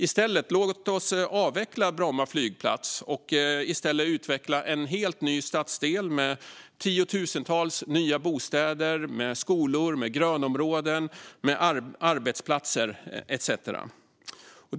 Låt oss i stället avveckla Bromma flygplats och utveckla en helt ny stadsdel med tiotusentals nya bostäder, skolor, grönområden, arbetsplatser etcetera.